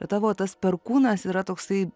tavo tas perkūnas yra toksai